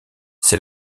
c’est